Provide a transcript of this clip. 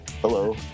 Hello